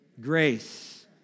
Grace